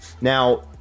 Now